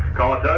calling